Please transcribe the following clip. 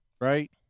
Right